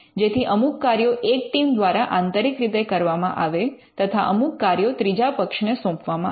જેથી અમુક કાર્યો એક ટીમ દ્વારા આંતરિક રીતે કરવામાં આવે તથા અમુક કાર્યો ત્રીજા પક્ષને સોંપવામાં આવે